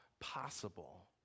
possible